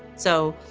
so,